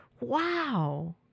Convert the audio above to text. wow